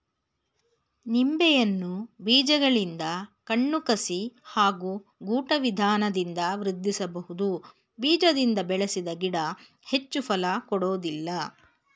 ನಿಂಬೆಯನ್ನು ಬೀಜಗಳಿಂದ ಕಣ್ಣು ಕಸಿ ಹಾಗೂ ಗೂಟ ವಿಧಾನದಿಂದ ವೃದ್ಧಿಸಬಹುದು ಬೀಜದಿಂದ ಬೆಳೆಸಿದ ಗಿಡ ಹೆಚ್ಚು ಫಲ ಕೊಡೋದಿಲ್ಲ